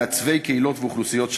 מעצבי קהילות ואוכלוסיות שלמות.